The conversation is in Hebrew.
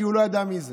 כי הוא לא ידע מי זה,